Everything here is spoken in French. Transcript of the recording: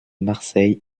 marseille